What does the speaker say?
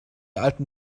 alten